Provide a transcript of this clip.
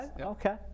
Okay